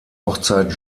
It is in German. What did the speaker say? hochzeit